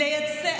שקר.